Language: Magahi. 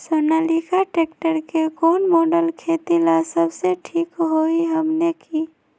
सोनालिका ट्रेक्टर के कौन मॉडल खेती ला सबसे ठीक होई हमने की?